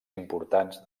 importants